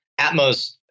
Atmos